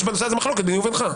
יש בנושא הזה מחלוקת ביני ובינך.